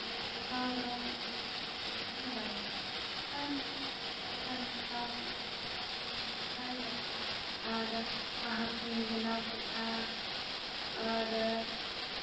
ᱟᱫᱚ ᱯᱚᱛᱟᱣ ᱫᱚ ᱩᱱ ᱡᱚᱦᱚᱜ ᱫᱚ ᱵᱮᱥᱛᱮ ᱵᱟᱹᱧ ᱫᱟᱲᱮᱭᱟᱫᱟ ᱛᱟᱭᱚᱢ ᱛᱮ ᱫᱚ ᱚᱲᱟᱜ ᱤᱧ ᱯᱚᱛᱟᱣ ᱠᱮᱫᱟ ᱫᱟᱲᱮᱭᱟᱫᱟ ᱟᱨ ᱵᱟᱦᱟ ᱠᱚᱧ ᱵᱮᱱᱟᱣ ᱠᱮᱫᱟ ᱟᱨ